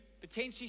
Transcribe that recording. potentially